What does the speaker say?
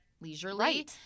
leisurely